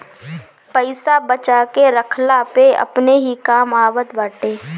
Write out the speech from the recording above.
पईसा बचा के रखला पअ अपने ही काम आवत बाटे